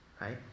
right